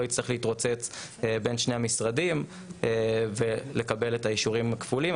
יצטרך להתרוצץ בין שני המשרדים ולקבל את האישורים הכפולים.